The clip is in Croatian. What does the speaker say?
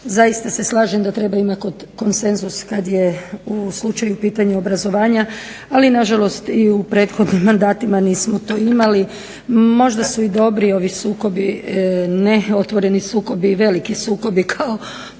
Zaista se slažem da treba imati konsenzus kad je u pitanju slučaj obrazovanja, ali nažalost i u prethodnim mandatima nismo to imali. Možda su i dobri ovi sukobi, ne otvoreni sukobi i veliki sukobi kao